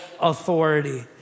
authority